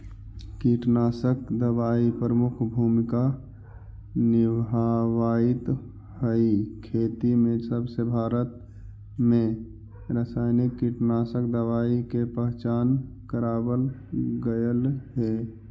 कीटनाशक दवाई प्रमुख भूमिका निभावाईत हई खेती में जबसे भारत में रसायनिक कीटनाशक दवाई के पहचान करावल गयल हे